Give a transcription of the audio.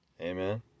Amen